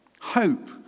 Hope